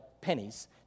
pennies